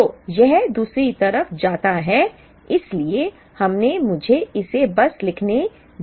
तो यह दूसरी तरफ जाता है इसलिए हमने मुझे इसे बस लिखने दिया है